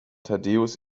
thaddäus